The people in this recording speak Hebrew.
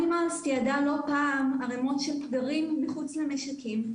אנימלס תיעדה לא פעם ערמות של פגרים מחוץ למשקים,